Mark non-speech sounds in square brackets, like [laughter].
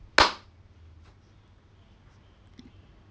[noise]